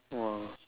!wah!